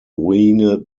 ruine